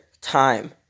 time